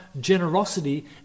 generosity